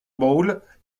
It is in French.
bowl